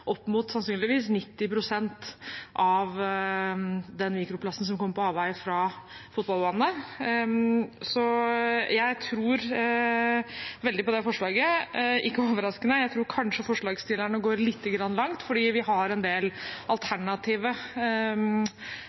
mot 90 pst. av den mikroplasten som kommer på avveie fra fotballbanene. Jeg tror veldig på det forslaget – ikke overraskende. Jeg tror kanskje forslagsstillerne går litt langt fordi vi har en del